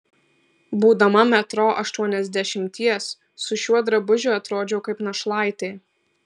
būdama metro aštuoniasdešimties su šiuo drabužiu atrodžiau kaip našlaitė